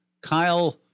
Kyle